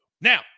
Now